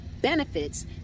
benefits